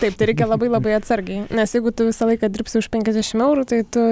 taip tai reikia labai labai atsargiai nes jeigu tu visą laiką dirbsi už penkiasdešim eurų tai tu